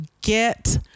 get